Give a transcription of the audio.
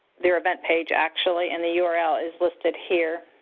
their event page actually, and the yeah url is listed here.